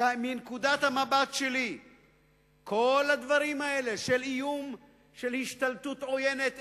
שמנקודת המבט שלי כל הדברים האלה של איום של השתלטות עוינת,